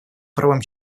правам